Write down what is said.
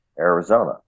Arizona